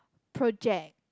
project